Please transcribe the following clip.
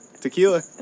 tequila